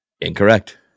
Incorrect